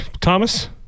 Thomas